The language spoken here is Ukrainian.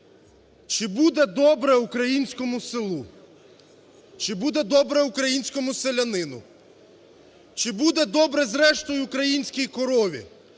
Чи буде добре українському селу? Чи буде добре українському селянину? Чи буде добре зрештою українській корові,